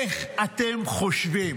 איך אתם חושבים